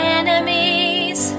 enemies